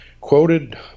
quoted